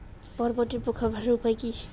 বরবটির পোকা মারার উপায় কি?